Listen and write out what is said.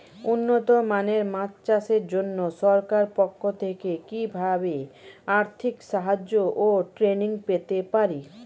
উন্নত মানের মাছ চাষের জন্য সরকার পক্ষ থেকে কিভাবে আর্থিক সাহায্য ও ট্রেনিং পেতে পারি?